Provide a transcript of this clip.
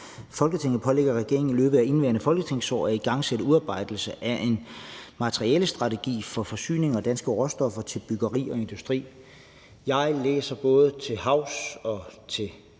»Folketinget pålægger regeringen i løbet af indeværende folketingsår at igangsætte udarbejdelsen af en materialestrategi for forsyning af danske råstoffer til byggeri og industri.« Jeg læser, at det skal